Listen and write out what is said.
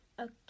Okay